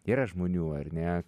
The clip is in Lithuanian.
yra žmonių ar ne